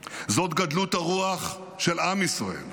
זאת גדלות הרוח של עם ישראל.